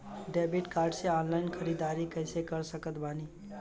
Debit card से online ख़रीदारी कैसे कर सकत बानी?